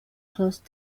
close